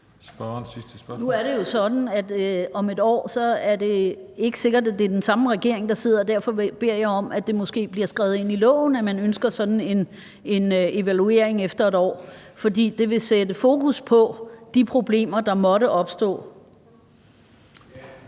Nu er det jo sådan, at om 1 år er det ikke sikkert, at det er den samme regering, der sidder, og derfor beder jeg om, at det måske bliver skrevet ind i loven, at man ønsker sådan en evaluering efter 1 år. For det vil sætte fokus på de problemer, der måtte opstå.